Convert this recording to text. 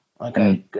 okay